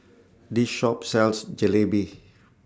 This Shop sells Jalebi